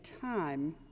time